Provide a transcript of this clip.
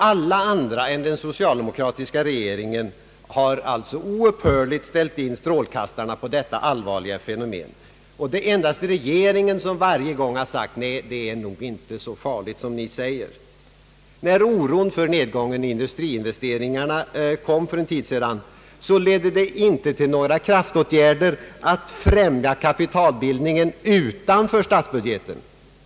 Alla andra än den socialdemokratiska regeringen har alltså oupphörligt ställt in strålkastarna på detta allvarliga fenomen. Det är endast regeringen som varje gång har förklarat: »Nej, läget är nog inte så allvarligt som ni säger.» När oron för nedgången i industriinvesteringarna kom för en tid sedan, ledde det inte till några kraftåtgärder i syfte att främja kapitalbild ningen utanför statsbudgeten.